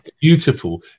Beautiful